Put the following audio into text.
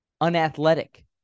unathletic